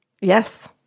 Yes